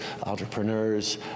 entrepreneurs